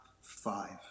five